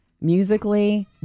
Musically